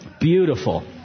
Beautiful